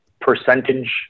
percentage